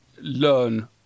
learn